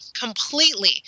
completely